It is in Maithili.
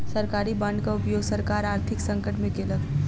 सरकारी बांडक उपयोग सरकार आर्थिक संकट में केलक